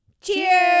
Cheers